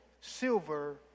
silver